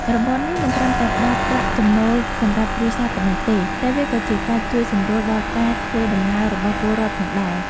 របរនេះមិនត្រឹមតែផ្ដល់ប្រាក់ចំណូលសម្រាប់គ្រួសារប៉ុណ្ណោះទេតែវាក៏ជាការជួយសម្រួលដល់ការធ្វើដំណើររបស់ពលរដ្ឋផងដែរ។